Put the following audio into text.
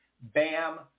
BAM